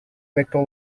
vector